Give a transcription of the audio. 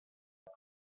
but